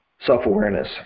self-awareness